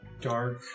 dark